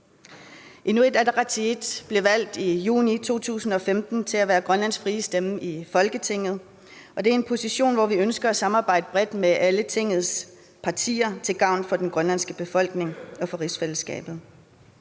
Inuit Ataqatigiit blev i juni 2015 valgt til at være Grønlands frie stemme i Folketinget, og det er en position, hvor vi ønsker at samarbejde bredt med alle Tingets partier til gavn for den grønlandske befolkning og for rigsfællesskabet.